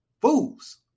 Fools